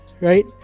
Right